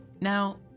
Now